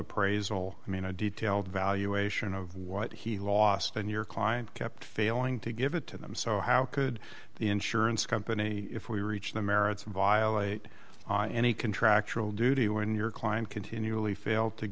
appraisal i mean a detailed valuation of what he lost and your client kept failing to give it to them so how could the insurance company if we reach the merits violate any contractual duty when your client continually fail to